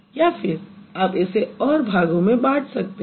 या फिर आप इसे और भागों में बाँट सकते हैं